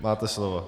Máte slovo.